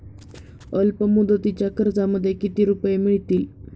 अल्पमुदतीच्या कर्जामध्ये किती रुपये मिळतील?